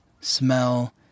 smell